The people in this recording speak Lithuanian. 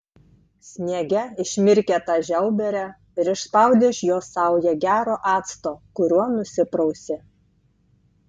sniege išmirkė tą žiauberę ir išspaudė iš jos saują gero acto kuriuo nusiprausė